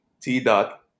T-Dot